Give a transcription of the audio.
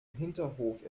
hinterhof